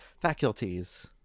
faculties